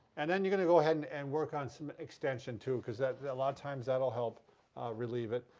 and then you're going to go ahead and and work on some extension, too cuz that's a lot of times that will help relieve it,